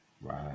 Right